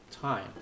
time